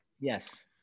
Yes